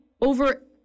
over